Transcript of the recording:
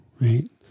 right